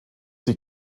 die